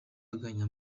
anganya